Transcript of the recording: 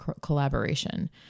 collaboration